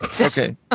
Okay